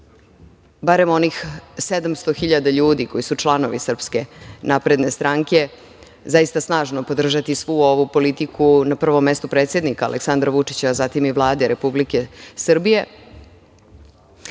barem onih 700.000 ljudi, koji su članovi Srpske napredne stranke zaista snažno podržati svu ovu politiku, na prvom mestu predsednika, Aleksandra Vučića, zatim i Vladu Republike Srbije. Dobro